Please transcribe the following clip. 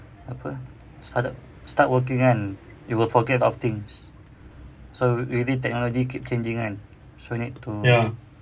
apa start started working kan you will forget a lot of things so really technology keeps changing kan so you need to